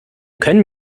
können